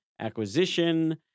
acquisition